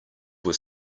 were